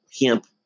hemp